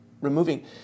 removing